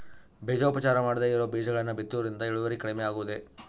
ಬೇಜೋಪಚಾರ ಮಾಡದೇ ಇರೋ ಬೇಜಗಳನ್ನು ಬಿತ್ತುವುದರಿಂದ ಇಳುವರಿ ಕಡಿಮೆ ಆಗುವುದೇ?